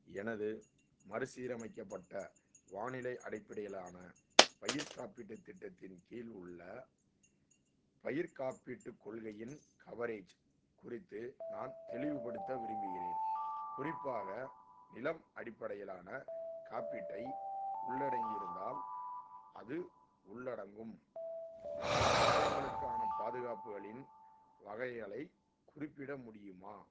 எனது மறுசீரமைக்கப்பட்ட வானிலை அடிப்படையிலான பயிர் காப்பீட்டுத் திட்டத்தின் கீழ் உள்ள பயிர்க் காப்பீட்டுக் கொள்கையின் கவரேஜ் குறித்து நான் தெளிவுபடுத்த விரும்புகிறேன் குறிப்பாக நிலம் அடிப்படையிலான காப்பீட்டை உள்ளடங்கியிருந்தால் அது உள்ளடங்கும் அபாயங்களுக்கான பாதுகாப்புகளின் வகைகளைக் குறிப்பிட முடியுமா